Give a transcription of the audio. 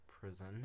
prison